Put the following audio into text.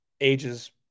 ages